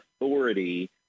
authority